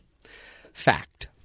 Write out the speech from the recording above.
Fact